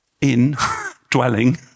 in-dwelling